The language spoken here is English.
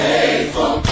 Faithful